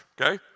okay